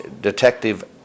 Detective